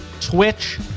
Twitch